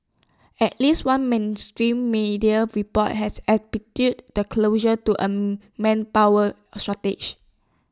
at least one mainstream media report has attributed the closure to A manpower shortage